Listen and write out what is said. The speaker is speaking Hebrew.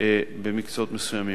במקצועות מסוימים.